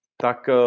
tak